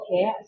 Okay